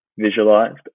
visualized